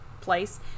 place